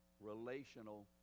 relational